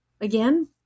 Again